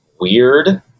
weird